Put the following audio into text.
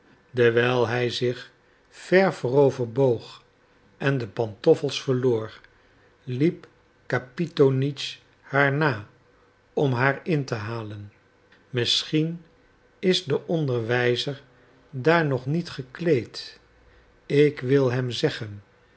dewijl hij zich ver voorover boog en de pantoffels verloor liep kapitonitsch haar na om haar in te halen misschien is de onderwijzer daar nog niet gekleed ik wil hem zeggen